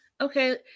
okay